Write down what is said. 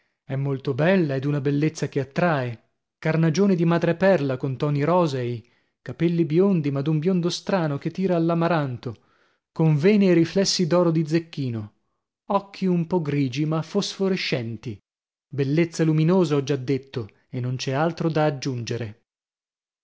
è molto bella e d'una bellezza che attrae carnagione di madreperla con toni rosei capelli biondi ma d'un biondo strano che tira all'amaranto con vene e riflessi d'oro di zecchino occhi un po grigi ma fosforescenti bellezza luminosa ho già detto e non c'è altro da aggiungere